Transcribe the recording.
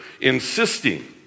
insisting